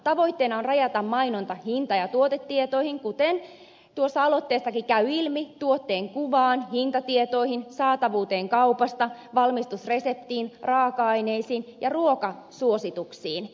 tavoitteena on rajata mainonta hinta ja tuotetietoihin kuten tuosta aloitteestakin käy ilmi tuotteen kuvaan hintatietoihin saatavuuteen kaupasta valmistusreseptiin raaka aineisiin ja ruokasuosituksiin